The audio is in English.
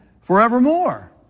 forevermore